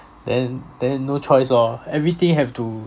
then then no choice orh everything have to